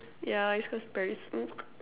yeah is cause Paris